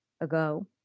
ago